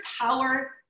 power